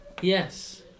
yes